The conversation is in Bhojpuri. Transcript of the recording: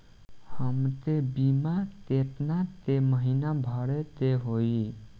हमके बीमा केतना के महीना भरे के होई?